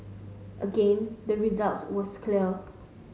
again the result was clear